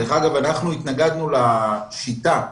דרך אגב, התנגדנו לשיטה שטענה: